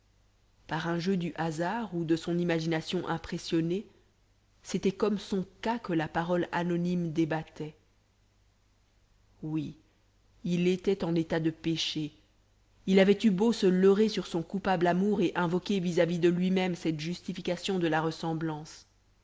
par un jeu du hasard ou de son imagination impressionnée c'était comme son cas que la parole anonyme débattait oui il était en état de péché il avait eu beau se leurrer sur son coupable amour et invoquer vis-à-vis de lui-même cette justification de la ressemblance